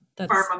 Pharma